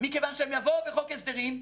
מכיוון שהם יבואו בחוק ההסדרים.